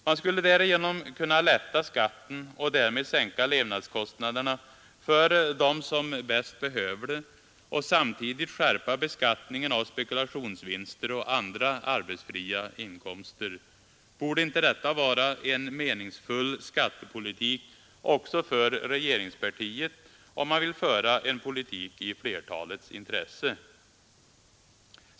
Man skulle därigenom kunna lätta skatten och därmed sänka levnadskostnaderna för dem som bäst behöver det och samtidigt skärpa beskattningen av spekulationsvinster och andra arbetsfria inkomster. Borde inte detta vara en meningsfull skattepolitik också för regeringspartiet om man vill föra en politik i flertalets intresse?